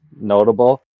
notable